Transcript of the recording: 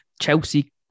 Chelsea